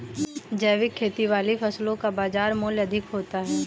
जैविक खेती वाली फसलों का बाजार मूल्य अधिक होता है